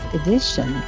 edition